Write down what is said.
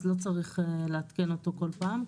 אז לא צריך לעדכן אותו כל פעם,